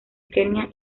kenia